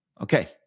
Okay